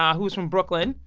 ah who was from brooklyn,